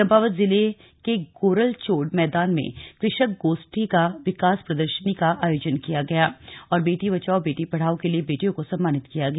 चम्पावत जिले जिले के गोरलचोड मैदान में कृषक गोष्टी व विकास प्रदर्शनी का आयोजन किया गया और बेटी बचाओ बेटी पढ़ाओ के लिए बेटियों को सम्मानित किया गया